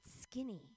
skinny